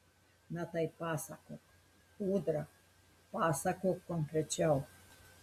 na tai pasakok ūdra pasakok konkrečiau